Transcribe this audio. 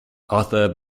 other